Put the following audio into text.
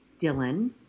Dylan